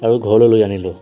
আৰু ঘৰলৈ লৈ আনিলোঁ